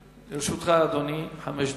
לרשותך, אדוני, חמש דקות.